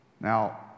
Now